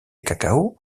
cacao